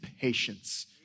patience